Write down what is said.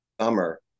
summer